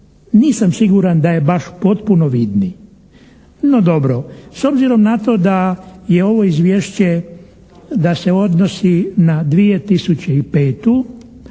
Nisam siguran da je baš potpuno vidni. No dobro. S obzirom na to da je ovo izvješće, da se odnosi na 2005.